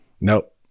nope